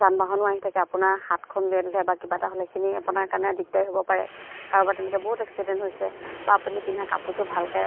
যান বাহনো আহি থাকে আপোনাৰ হাতখন উলিয়াই থলে বা কিবা এটা হ'লে সেইখিনি আপোনাৰ কাৰণে আ দিগদাৰ হ'ব পাৰে কাৰোবাৰ তেনেকৈ বহুত এক্সিডেণ্ট হৈছে বা আপুনি পিন্ধা কাপোৰযোৰ ভালকৈ